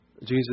Jesus